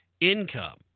income